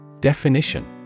Definition